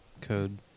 code